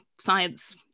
science